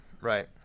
right